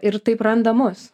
ir taip randa mus